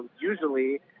usually,